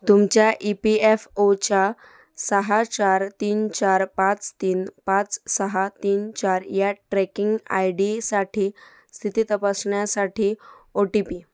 तुमच्या E P F ओच्या सहा चार तीन चार पाच तीन पाच सहा तीन चार या ट्रॅकिंग आय डीसाठी स्थिती तपासण्यासाठी ओ टी पी